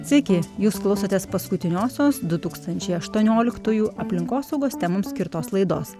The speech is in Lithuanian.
sveiki jūs klausotės paskutiniosios du tūkstančiai aštuonioliktųjų aplinkosaugos temoms skirtos laidos